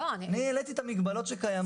אני העליתי את המגבלות שקיימות.